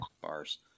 bars